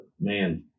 man